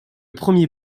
premier